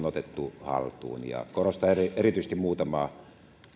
otettu haltuun pienemmillä resursseilla korostan erityisesti muutamaa